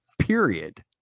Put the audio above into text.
Period